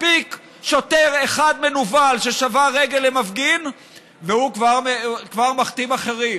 מספיק שוטר אחד מנוול ששבר רגל למפגין והוא כבר מכתים אחרים,